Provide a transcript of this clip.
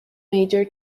major